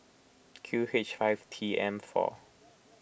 Q H five T M four